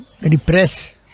repressed